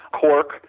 Cork